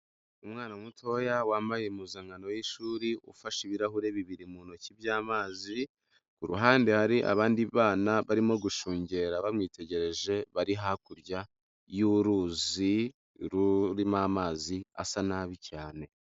Umwana mutoya wambaye impuzankano y'ishuri ufashe ibirahure bibiri mu ntoki by'amazi, ku ruhande hari abandi bana barimo gushungera bamwitegereje bari hakurya y'uruzi, rurimo amazi asa nabi cyane.